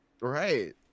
right